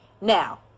now